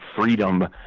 freedom